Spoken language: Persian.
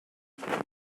بکنم